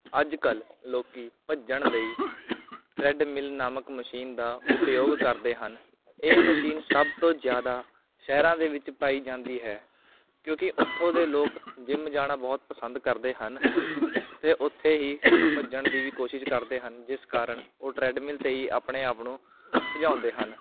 ਅੱਜ ਕੱਲ੍ਹ ਲੋਕ ਭੱਜਣ ਲਈ ਟਰੈਡਮਿਲ ਨਾਮਕ ਮਸ਼ੀਨ ਦਾ ਉਪਯੋਗ ਕਰਦੇ ਹਨ ਇਹ ਮਸ਼ੀਨ ਸਭ ਤੋਂ ਜ਼ਿਆਦਾ ਸ਼ਹਿਰਾਂ ਦੇ ਵਿੱਚ ਪਾਈ ਜਾਂਦੀ ਹੈ ਕਿਉਂਕਿ ਉੱਥੋਂ ਦੇ ਲੋਕ ਜਿੰਮ ਜਾਣਾ ਬਹੁਤ ਪਸੰਦ ਕਰਦੇ ਹਨ ਅਤੇ ਉੱਥੇ ਹੀ ਭੱਜਣ ਦੀ ਵੀ ਕੋਸ਼ਿਸ਼ ਕਰਦੇ ਹਨ ਜਿਸ ਕਾਰਨ ਉਹ ਟਰੈਡਮਿਲ 'ਤੇ ਹੀ ਆਪਣੇ ਆਪ ਨੂੰ ਭਜਾਉਂਦੇ ਹਨ